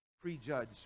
prejudge